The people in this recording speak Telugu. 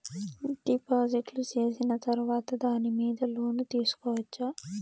డిపాజిట్లు సేసిన తర్వాత దాని మీద లోను తీసుకోవచ్చా?